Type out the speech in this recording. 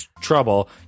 trouble